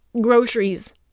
groceries